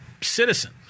citizen